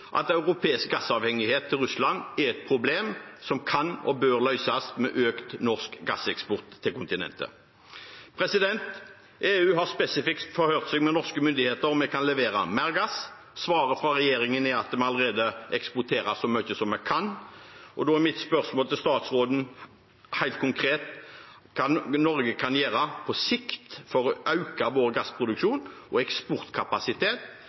at europeisk gassavhengighet til Russland er et problem som kan og bør løses med økt norsk gasseksport til kontinentet. EU har spesifikt forhørt seg med norske myndigheter om vi kan levere mer gass. Svaret fra regjeringen er at vi allerede eksporterer så mye vi kan. Da er mitt spørsmål til statsråden helt konkret: Hva kan Norge gjøre på sikt for å øke sin gassproduksjon og eksportkapasitet